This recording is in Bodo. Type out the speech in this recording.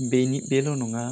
बेनि बेल' नङा